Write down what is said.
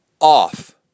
off